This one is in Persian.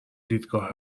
دیدگاه